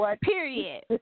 Period